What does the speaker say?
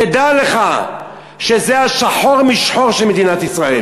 תדע לך שזה השחור משחור של מדינת ישראל,